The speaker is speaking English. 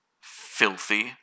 filthy